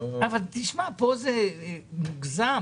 אבל פה זה מוגזם.